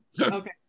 Okay